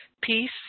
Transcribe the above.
peace